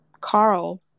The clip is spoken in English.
Carl